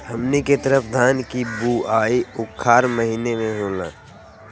हमनी के तरफ धान के बुवाई उखाड़ महीना में होला